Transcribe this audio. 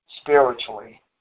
spiritually